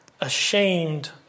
ashamed